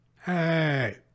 hey